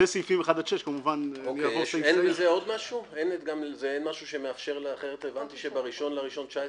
זה סעיפים 1-6. הבנתי שב-1 לינואר 2019,